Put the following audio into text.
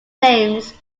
names